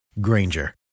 Granger